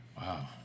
Wow